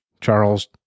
Charles